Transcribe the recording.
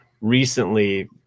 recently